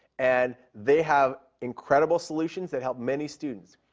and they have incredible solutions that help many students.